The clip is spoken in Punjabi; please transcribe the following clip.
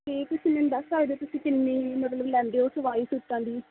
ਅਤੇ ਤੁਸੀਂ ਮੈਨੂੰ ਦੱਸ ਸਕਦੇ ਹੋ ਕਿ ਤੁਸੀਂ ਕਿੰਨੀ ਮਤਲਬ ਲੈਂਦੇ ਹੋ ਸਵਾਈ ਸੂਟਾਂ ਦੀ